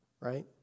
Right